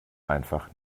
einfach